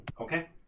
okay